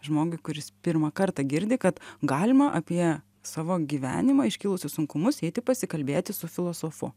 žmogui kuris pirmą kartą girdi kad galima apie savo gyvenimą iškilusius sunkumus eiti pasikalbėti su filosofu